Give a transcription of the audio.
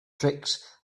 tricks